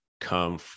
come